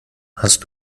hast